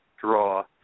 draw